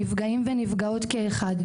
נפגעים ונפגעות כאחד.